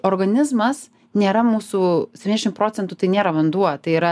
organizmas nėra mūsų septyniasdešim procentų tai nėra vanduo tai yra